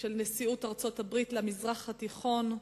של נשיא ארצות-הברית למזרח התיכון,